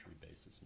basis